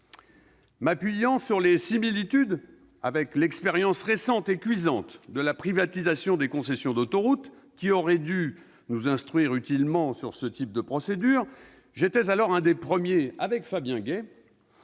M'appuyant sur les similitudes avec l'expérience récente et cuisante de la privatisation des concessions d'autoroute, qui aurait dû nous instruire utilement sur ce type de procédure, j'étais alors l'un des premiers, avec Fabien Gay,